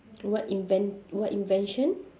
what invent~ what invention